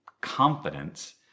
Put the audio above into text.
confidence